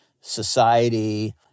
society